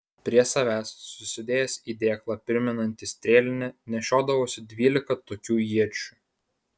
prie savęs susidėjęs į dėklą primenantį strėlinę nešiodavosi dvylika tokių iečių